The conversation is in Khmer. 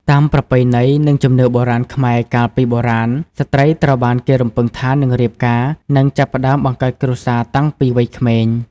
តាមប្រពៃណី និងជំនឿពីបុរាណខ្មែរកាលពីបុរាណ ស្ត្រីត្រូវបានគេរំពឹងថានឹងរៀបការ និងចាប់ផ្ដើមបង្កើតគ្រួសារតាំងពីវ័យក្មេង ។